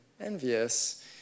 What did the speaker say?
envious